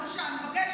בבקשה, אני מבקשת.